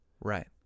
Right